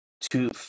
two